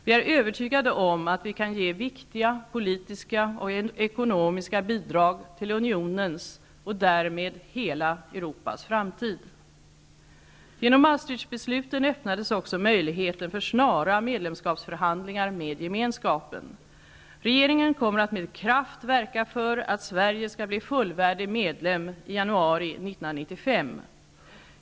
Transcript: Vi är övertygade om att vi kan ge viktiga politiska och ekonomiska bidrag till Unionens, och därmed hela Genom Maastrichtbesluten öppnades också möjligheten för snara medlemskapsförhandlingar med Gemenskapen. Regeringen kommer att med kraft verka för att Sverige skall bli fullvärdig medlem i januari 1995.